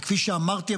וכפי שאמרתי,